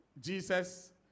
Jesus